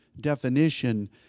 definition